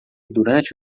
durante